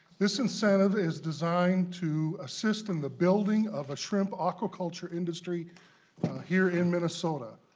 this incentive is designed to assist in the building of a shrimp aquaculture industry here in minnesota.